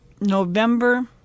November